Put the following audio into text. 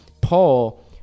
Paul